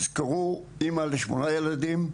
אני מזכיר, אמא לשמונה ילדים,